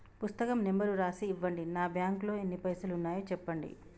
పుస్తకం నెంబరు రాసి ఇవ్వండి? నా బ్యాంకు లో ఎన్ని పైసలు ఉన్నాయో చెప్పండి?